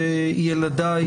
ילדיי,